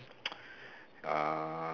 uh